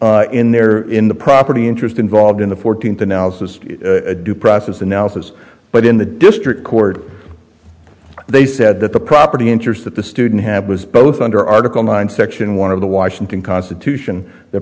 in there in the property interest involved in the fourteenth analysis a due process analysis but in the district court they said that the property interest that the student had was both under article nine section one of the washington constitution the